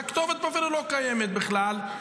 והכתובת אפילו לא קיימת בכלל,